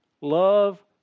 Love